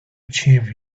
achieve